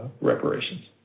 reparations